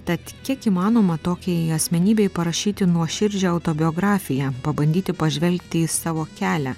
tad kiek įmanoma tokiai asmenybei parašyti nuoširdžią autobiografiją pabandyti pažvelgti į savo kelią